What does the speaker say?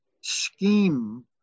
scheme